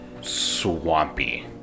swampy